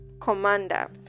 commander